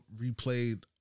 replayed